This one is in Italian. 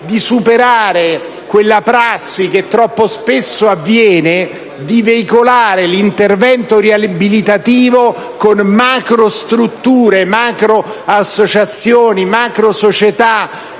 di superare quella prassi, che troppo spesso avviene, di veicolare l'intervento riabilitativo con macrostrutture, macroassociazioni, macrosocietà